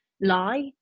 lie